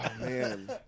man